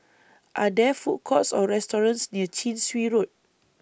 Are There Food Courts Or restaurants near Chin Swee Road